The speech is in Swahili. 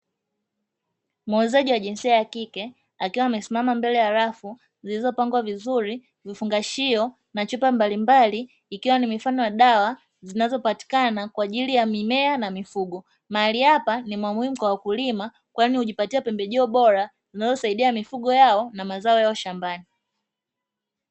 Muuzaji wa jinsia ya kike akiwa amesimama mbele ya rafu zilizopangwa vizuri vifungashio na chupa mbalimbali ikiwa ni mifano ya dawa zinazopatikana kwa ajili ya mimea na mifugo. Mahali hapa ni muhimu kwa wakulima kwani hujipatia pembejeo bora zinazosaidia mifugo yao na mazao yao shambani.